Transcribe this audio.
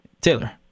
Taylor